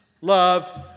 love